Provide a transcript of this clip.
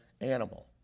animal